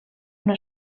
una